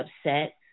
upset